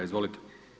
Izvolite.